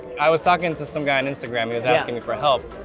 i was talking to some guy on instagram. he was asking me for help.